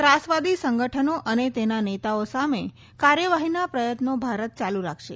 ત્રાસવાદી સંગઠનો અને તેના નેતાઓ સામે કાર્યવાહીના પ્રયત્નો ભારત ચાલુ રાખશે